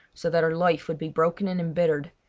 so that her life would be broken and embittered,